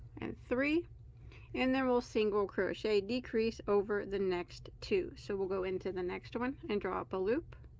and three and then we'll single crochet decrease over the next two, so we'll go into the next one and draw up a loop